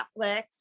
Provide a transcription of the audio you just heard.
Netflix